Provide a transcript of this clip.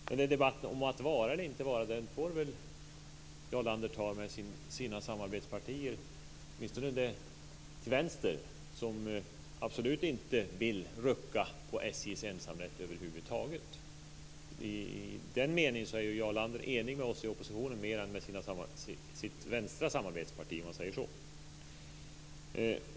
Men debatten om att vara eller inte vara får väl Jarl Lander ta med sina samarbetspartier, åtminstone det till vänster, som absolut inte vill rucka på SJ:s ensamrätt över huvud taget. I den meningen är Jarl Lander mer enig med oss i oppositionen än med sitt vänstra samarbetsparti.